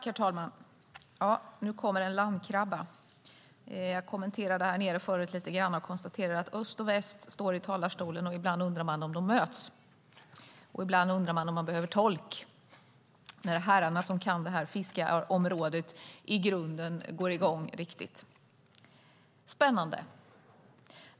Herr talman! Nu kommer det en landkrabba. Jag konstaterade här nere förut att öst och väst står i talarstolen, och ibland undrar man om de möts. Ibland undrar man om man behöver tolk när herrarna som kan det här fiskeområdet går i gång riktigt. Det är spännande.